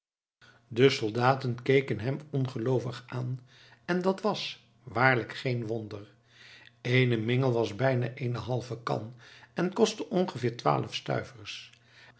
de soldaten keken hem ongeloovig aan en dat was waarlijk geen wonder eene mingel was bijna eene halve kan en kostte ongeveer twaalf stuivers